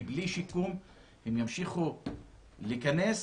כי בלי שיקום הם ימשיכו להיכנס